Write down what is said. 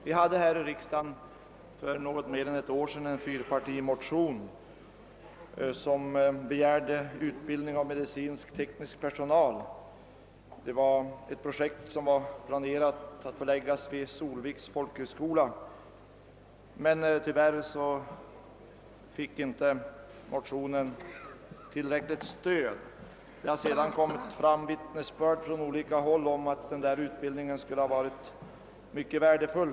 Vi hade här i riksdagen för något mer än ett år sedan en fyrpartimotion, i vilken begärdes medel för utbildning av medicinsk-teknisk personal — den projekterade utbildningen skulle förläggas till Solviks folkhögskola — men tyvärr fick inte motionen tillräckligt stöd. Det har sedan lämnats vittnesbörd från olika håll om att denna utbildning skulle ha varit mycket värdefull.